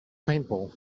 paintball